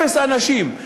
אפס אנשים.